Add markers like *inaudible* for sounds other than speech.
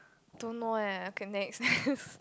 don't know eh okay next *laughs*